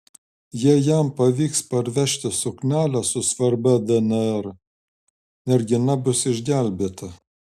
jei jam pavyks pervežti suknelę su svarbia dnr mergina bus išgelbėta